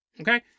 Okay